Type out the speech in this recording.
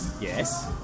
Yes